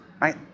right